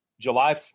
July